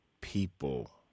people